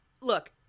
Look